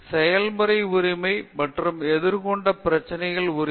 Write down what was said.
செயல்முறை உரிமை மற்றும் எடுத்துக்கொண்ட பிரச்சனையின் உரிமை